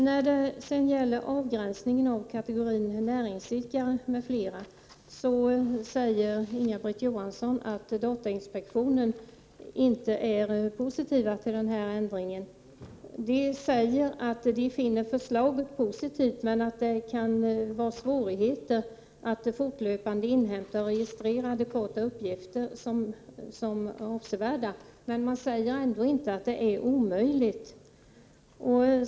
När det sedan gäller avgränsningen av kategorin näringsidkare m.fl. säger Inga-Britt Johansson att datainspektionen inte är positiv till den ändringen. Datainspektionen säger att man finner förslaget positivt men att svårigheterna att fortlöpande inhämta och registrera adekvata uppgifter kan vara avsevärda, men man säger ändå inte att det är omöjligt.